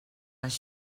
les